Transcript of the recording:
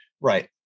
Right